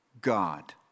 God